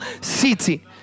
city